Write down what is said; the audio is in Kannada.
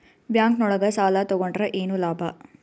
ಬ್ಯಾಂಕ್ ನೊಳಗ ಸಾಲ ತಗೊಂಡ್ರ ಏನು ಲಾಭ?